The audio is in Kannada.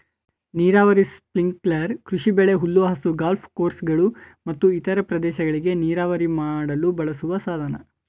ನೀರಾವರಿ ಸ್ಪ್ರಿಂಕ್ಲರ್ ಕೃಷಿಬೆಳೆ ಹುಲ್ಲುಹಾಸು ಗಾಲ್ಫ್ ಕೋರ್ಸ್ಗಳು ಮತ್ತು ಇತರ ಪ್ರದೇಶಗಳಿಗೆ ನೀರಾವರಿ ಮಾಡಲು ಬಳಸುವ ಸಾಧನ